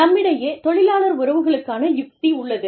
நம்மிடையே தொழிலாளர் உறவுகளுக்கான யுக்தி உள்ளது